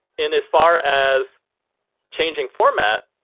in as far as changing format.